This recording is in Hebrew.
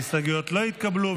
ההסתייגויות לא התקבלו.